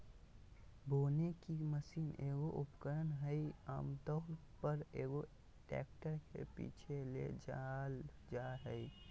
बोने की मशीन एगो उपकरण हइ आमतौर पर, एगो ट्रैक्टर के पीछे ले जाल जा हइ